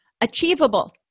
Achievable